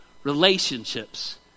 relationships